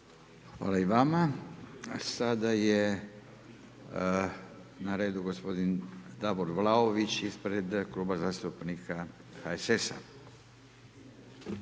Hvala i vama. Sada je na redu gospodin Davor Vlaović ispred Kluba zastupnika HSS-a.